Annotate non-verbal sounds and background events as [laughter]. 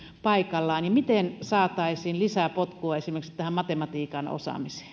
paikallaan miten saataisiin lisää potkua esimerkiksi tähän matematiikan osaamiseen [unintelligible]